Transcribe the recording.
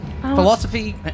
philosophy